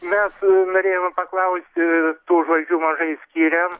mes norėjome paklausti tų žvaigždžių mažai skiriam